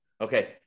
Okay